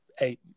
eight